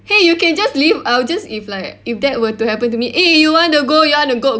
!hey! you can just leave I will just if like if that were to happen to me eh you want to go you want to go